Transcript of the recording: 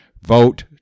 vote